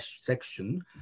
section